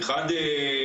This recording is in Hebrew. אחד,